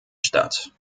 statt